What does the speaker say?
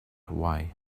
away